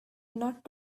not